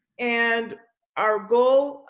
and our goal,